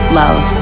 love